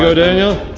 so daniel.